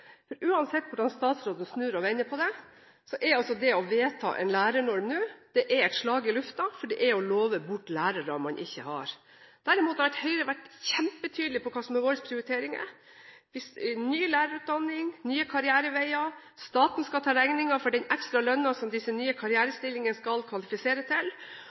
har. Uansett hvordan statsråden snur og vender på det, er det å vedta en lærernorm nå, et slag i luften, for det er å love bort lærere man ikke har. Høyre, derimot, har vært kjempetydelig på hva som er våre prioriteringer: ny lærerutdanning, nye karriereveier, staten skal ta regningen for den ekstra lønnen som disse nye karrierestillingene skal kvalifisere til,